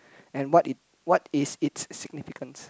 and what it what is it significance